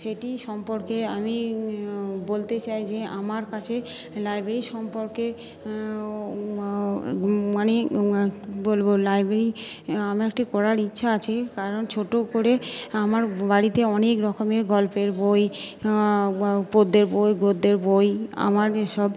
সেটি সম্পর্কে আমি বলতে চাই যে আমার কাছে লাইব্রেরি সম্পর্কে মানে বলব লাইব্রেরি আমার একটি করার ইচ্ছা আছে কারণ ছোট করে আমার বাড়িতে অনেক রকমের গল্পের বই পদ্যের বই গদ্যের বই আমারই সব